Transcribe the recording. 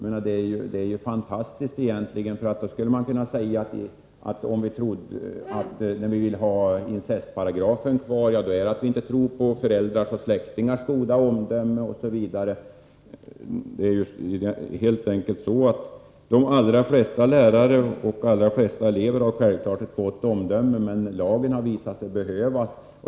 Det är egentligen ett fantastiskt påstående. Då skulle man kunna säga att den som vill ha incestparagrafen kvar inte tror på föräldrars och släktingars goda omdöme. De allra flesta lärare och elever har självklart ett gott omdöme, men lagen har visat sig behövas.